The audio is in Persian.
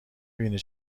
بینی